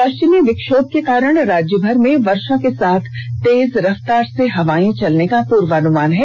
पष्विमी विक्षोम के कारण राज्य भर में वर्षा के साथ तेज रफ्तार से हवा चलने का पूर्वानुमान है